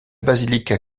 basilique